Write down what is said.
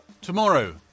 Tomorrow